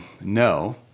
No